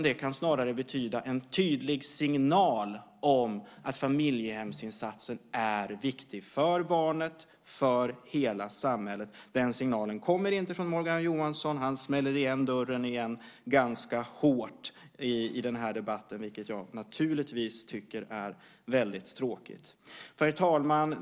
Det kan snarare betyda en tydlig signal om att familjehemsinsatsen är viktig för barnet och för hela samhället. Den signalen kommer inte från Morgan Johansson. Han smäller igen dörren ganska hårt i debatten, vilket jag naturligtvis tycker är väldigt tråkigt. Herr talman!